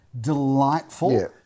delightful